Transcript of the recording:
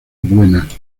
buenas